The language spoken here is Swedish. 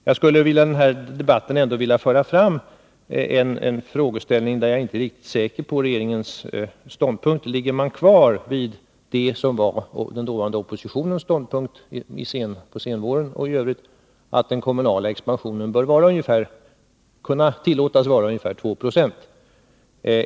Jag skulle i denna debatt vilja föra fram en fråga, eftersom jag inte är säker på regeringens ståndpunkt: Står regeringen kvar vid det som var den dåvarande oppositionens ståndpunkt fram till senvåren och i övrigt, nämligen att den kommunala expansionen bör kunna tillåtas vara ungefär 2 70?